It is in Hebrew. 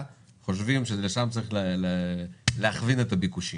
כוועדה חושבים שלשם צריך להכווין את הביקושים,